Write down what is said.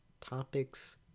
topics